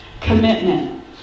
commitment